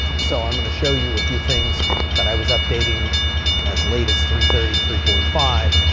so i'm going to show you a few things that i was updating as late as three thirty, three forty five.